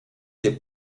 des